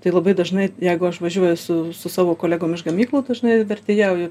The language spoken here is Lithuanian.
tai labai dažnai jeigu aš važiuoju su su savo kolegom iš gamyklų dažnai vertėjauju